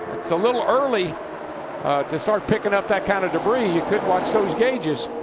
it's a little early to start picking up that kind of debris. you could watch those gauges.